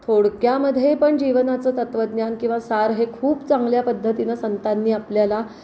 थोडक्यामध्ये पण जीवनाचं तत्वज्ञान किंवा सार हे खूप चांगल्या पद्धतीनं संतांनी आपल्याला